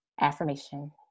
affirmation